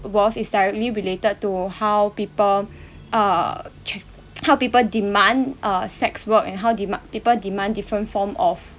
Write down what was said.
world is directly related to how people uh how people demand uh sex work and how dema~ people demand different form of